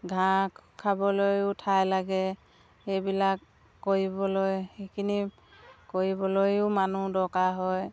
ঘাঁহ খাবলৈও ঠাই লাগে সেইবিলাক কৰিবলৈ সেইখিনি কৰিবলৈও মানুহ দৰকাৰ হয়